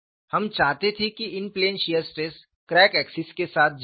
हम चाहते थे कि इन plane shear stress crack axis के साथ 0 हो